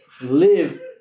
live